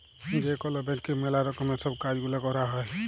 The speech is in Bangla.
যে কল ব্যাংকে ম্যালা রকমের সব কাজ গুলা ক্যরা হ্যয়